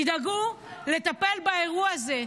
תדאגו לטפל באירוע הזה.